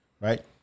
right